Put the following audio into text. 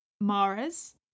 Maras